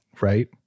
right